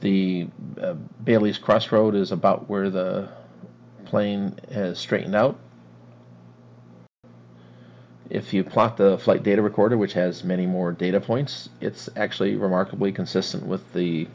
the baileys crossroad is about where the plane straightened out if you plot the flight data recorder which has many more data points it's actually remarkably consistent with the